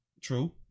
True